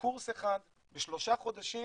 קורס אחד בשלושה חודשים,